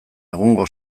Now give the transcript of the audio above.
egungo